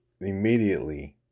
immediately